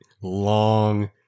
long